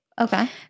Okay